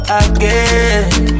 again